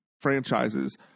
franchises